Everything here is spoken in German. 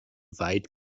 weit